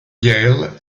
yale